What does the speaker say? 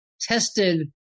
tested